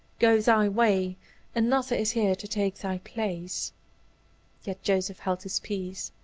go thy way another is here to take thy place yet joseph held his peace.